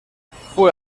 fue